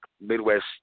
Midwest